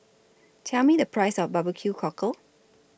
Tell Me The Price of Barbeque Cockle